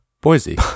Boise